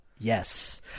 Yes